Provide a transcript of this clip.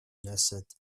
knesset